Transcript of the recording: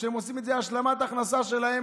שעושים את זה כהשלמת הכנסה שלהם,